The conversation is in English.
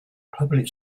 public